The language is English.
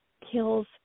kills